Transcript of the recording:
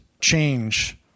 change